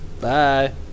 Bye